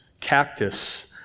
cactus